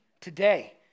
today